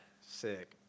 Sick